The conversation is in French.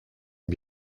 est